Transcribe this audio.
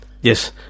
Yes